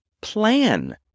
plan